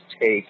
take